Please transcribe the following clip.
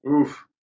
oof